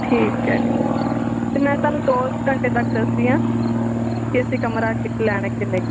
ਠੀਕ ਹੈ ਜੀ ਅਤੇ ਮੈਂ ਤੁਹਾਨੂੰ ਦੋ ਘੰਟੇ ਤੱਕ ਦੱਸਦੀ ਹਾਂ ਕਿ ਅਸੀਂ ਕਮਰਾ ਕ ਲੈਣਾ ਕਿ ਨਹੀਂ